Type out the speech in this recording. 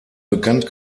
bekannt